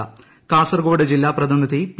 ക്കാസർകോട് ജില്ലാ പ്രതിനിധി പി